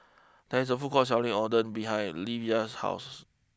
there is a food court selling Oden behind Livia's house